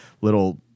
little